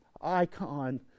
icon